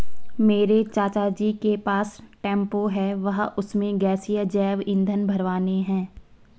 मेरे चाचा जी के पास टेंपो है वह उसमें गैसीय जैव ईंधन भरवाने हैं